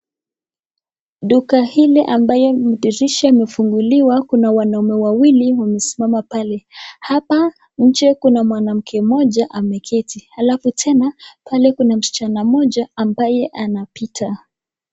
Duka hili ambayo dirisha imefunguliwa, kuna wanaume wawili wamesimama pale. Hapa nje kuna mwanamke mmoja ameketi, alafu tena pale kuna msichana mmoja ambaye anapita.